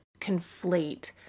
conflate